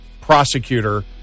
prosecutor